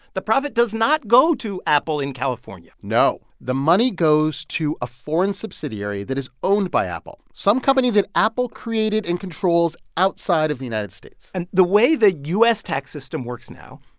the profit does not go to apple in california no. the money goes to a foreign subsidiary that is owned by apple, some company that apple created and controls outside of the united states and the way the u s. tax system works now,